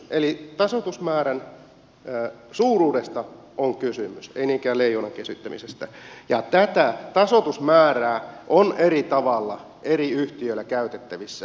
eli tasoitusmäärän suuruudesta on kysymys ei niinkään leijonan kesyttämisestä ja tätä tasoitusmäärää on eri tavalla eri yhtiöillä käytettävissä